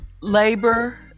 Labor